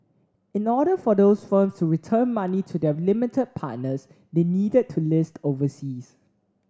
in order for those firms to return money to their limited partners they needed to list overseas